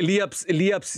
lieps lieps